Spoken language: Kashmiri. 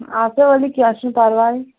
اسا ؤلِو کینہہ چُھنہ پرواے